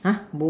book